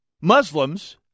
Muslims